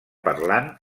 parlant